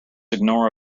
ignore